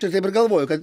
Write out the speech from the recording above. tai kaip ir galvojau kad